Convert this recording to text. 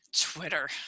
Twitter